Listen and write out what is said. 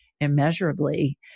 immeasurably